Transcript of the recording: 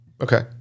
Okay